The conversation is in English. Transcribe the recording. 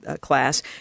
class